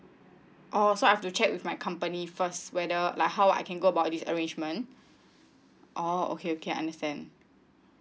oh so I've to check with my company first whether like how I can go about this arrangement oh okay okay I understand